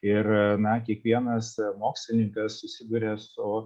ir na kiekvienas mokslininkas susiduria su